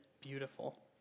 beautiful